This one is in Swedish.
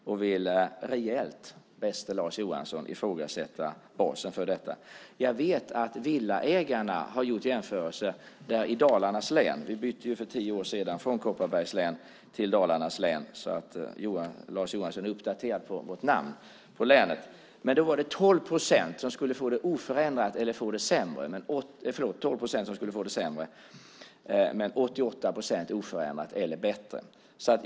Jag vill rejält, bäste Lars Johansson, ifrågasätta basen för detta. Jag vet att Villaägarna har gjort jämförelser i Dalarnas län. Vi bytte för tio år sedan namn från Kopparbergs län till Dalarnas län, detta sagt för att Lars Johansson ska vara uppdaterad om vårt namn på länet. Enligt denna jämförelse skulle 12 procent få det sämre, men 88 procent skulle få det bättre eller oförändrad skatt.